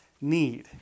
need